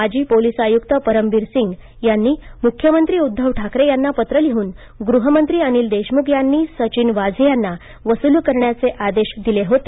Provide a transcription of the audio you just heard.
माजी पोलीस आयुक्त परमबीर सिंग यांनी मुख्यमंत्री उध्दव ठाकरे यांना पत्र लिहून गृहमंत्री अनिल देशमुख यांनी सचिन वाझे यांना वसुली करण्याचे आदेश दिले होते